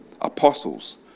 apostles